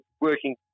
working